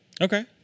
Okay